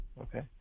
Okay